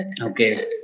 Okay